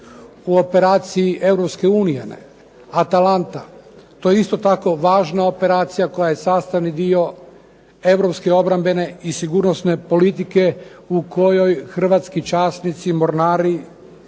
Europske unije "Atalanta". To je isto tako važna operacija koja je sastavni dio europske obrambene i sigurnosne politike u kojoj hrvatski časnici i mornari